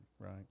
Right